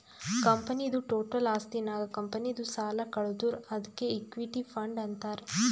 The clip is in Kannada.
ಕಂಪನಿದು ಟೋಟಲ್ ಆಸ್ತಿ ನಾಗ್ ಕಂಪನಿದು ಸಾಲ ಕಳದುರ್ ಅದ್ಕೆ ಇಕ್ವಿಟಿ ಫಂಡ್ ಅಂತಾರ್